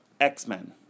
X-Men